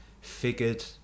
figured